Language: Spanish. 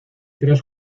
tres